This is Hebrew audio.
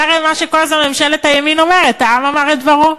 זה הרי מה שכל הזמן ממשלת הימין אומרת: העם אמר את דברו,